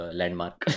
landmark